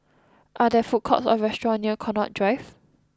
are there food courts or restaurants near Connaught Drive